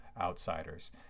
outsiders